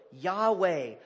Yahweh